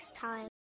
time